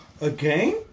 Again